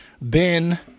Ben